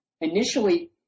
Initially